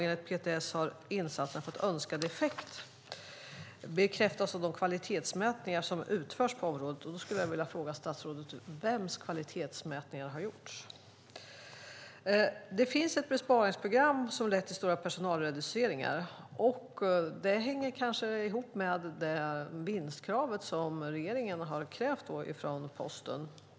Enligt PTS har insatsen fått önskad effekt, vilket bekräftas av de kvalitetsmätningar som utförs på området. Då vill jag fråga statsrådet: Vad är det för kvalitetsmätningar som har gjorts? För vem har kvaliteten förbättrats? Det finns ett besparingsprogram som har lett till stora personalreduceringar. Det hänger kanske ihop med vinstkravet som regeringen har ställt på Posten.